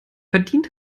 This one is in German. verdient